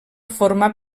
formar